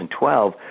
2012